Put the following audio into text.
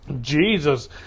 Jesus